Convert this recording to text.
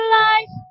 life